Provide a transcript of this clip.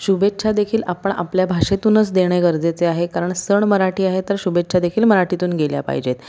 शुभेच्छादेखील आपण आपल्या भाषेतूनच देणे गरजेचे आहे कारण सण मराठी आहे तर शुभेच्छादेखील मराठीतून गेल्या पाहिजेत